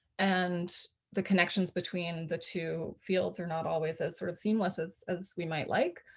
and the connections between the two fields are not always as sort of seamless as as we might like.